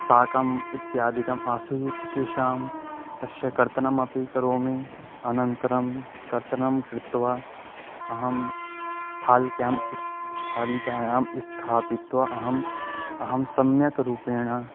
शाकम् इत्यादिकम् आसीत् तेषां तस्य कर्तनम् अपि करोमि अनन्तरं कर्तनं कृत्वा अहं स्थालिकायाम् इस् स्थालिकायाम् स्थापयित्वा अहम् अहं सम्यक् रूपेण